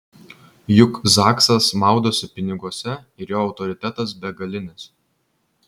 juk zaksas maudosi piniguose ir jo autoritetas begalinis